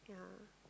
yeah